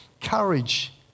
Courage